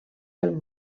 del